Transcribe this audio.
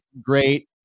great